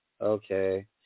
Okay